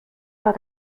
war